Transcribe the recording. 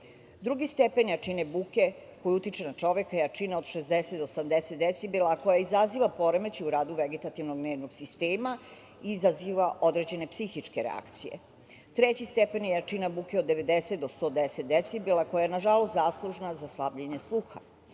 stepen jačine buke koji utiče na čoveka je jačina od 60 do 80 decibela, a koja izaziva poremećaj u radi vegetativnog nervnog sistema i izaziva određene psihičke reakcije. Treći stepen jačina buke je od 90 do 110 decibela, koja je nažalost zaslužna za slabljenje sluha,